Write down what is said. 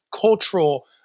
cultural